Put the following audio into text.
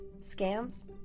scams